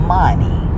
money